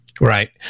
Right